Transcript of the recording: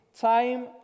time